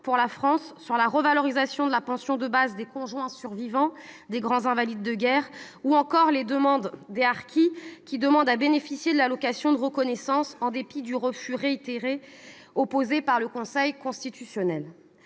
pour la France, sur la revalorisation de la pension de base des conjoints survivants des grands invalides de guerre, ou encore sur la demande des harkis de souche européenne de bénéficier de l'allocation de reconnaissance, en dépit du refus réitéré opposé par le Conseil constitutionnel